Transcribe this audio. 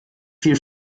viel